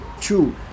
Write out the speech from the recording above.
two